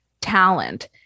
talent